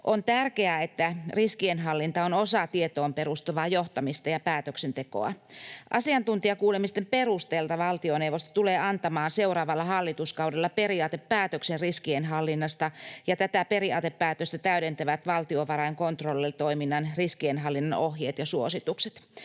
On tärkeää, että riskienhallinta on osa tietoon perustuvaa johtamista ja päätöksentekoa. Asiantuntijakuulemisten perusteella valtioneuvosto tulee antamaan seuraavalla hallituskaudella periaatepäätöksen riskienhallinnasta, ja tätä periaatepäätöstä täydentävät valtiovarain controller -toiminnon riskienhallinnan ohjeet ja suositukset.